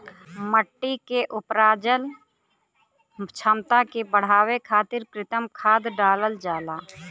मट्टी के उपराजल क्षमता के बढ़ावे खातिर कृत्रिम खाद डालल जाला